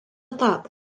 tapo